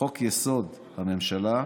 לחוק-יסוד: הממשלה,